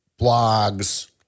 blogs